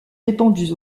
répandus